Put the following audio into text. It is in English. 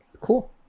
cool